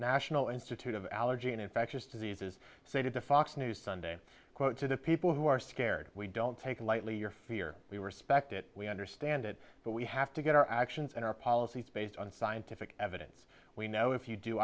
national institute of allergy and infectious diseases stated to fox news sunday quote to the people who are scared we don't take lightly your fear we respect it we understand it but we have to get our actions and our policies based on scientific evidence we know if you do